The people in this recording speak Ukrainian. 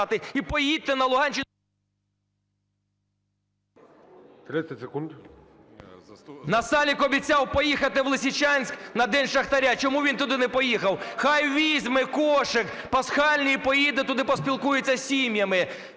секунд. ШАХОВ С.В. Насалик обіцяв поїхати в Лисичанськ на День шахтаря. Чому він туди не поїхав? Хай візьме кошик пасхальний і поїде туди поспілкується з сім'ями.